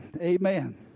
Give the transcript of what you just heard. Amen